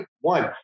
one